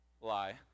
lie